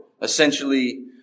essentially